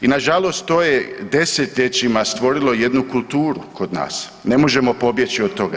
I nažalost to je desetljećima stvorilo jednu kulturu kod nas, ne možemo pobjeći od toga.